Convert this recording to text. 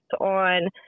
on